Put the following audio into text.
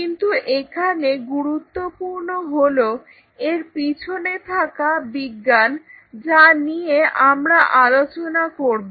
কিন্তু এখানে গুরুত্বপূর্ণ হলো এর পিছনে থাকা বিজ্ঞান যা নিয়ে আমরা কাজ করব